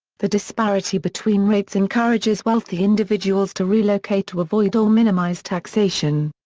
the disparity between rates encourages wealthy individuals to relocate to avoid or minimize taxation.